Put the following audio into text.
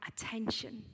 attention